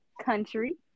Country